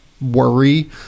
worry